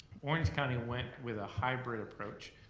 orange county went with a hybrid approach,